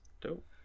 Dope